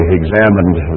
examined